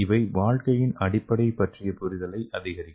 இவை வாழ்க்கையின் அடிப்படை பற்றிய புரிதலை அதிகரிக்கும்